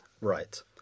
Right